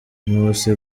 nkusi